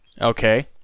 Okay